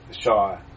Shaw